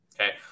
Okay